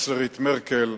מרקל,